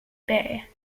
bay